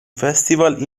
festival